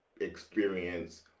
experience